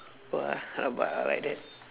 rabak !wah! rabak ah like that